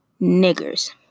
niggers